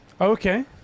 Okay